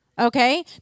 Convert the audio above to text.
okay